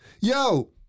Yo